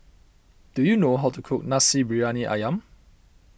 do you know how to cook Nasi Briyani Ayam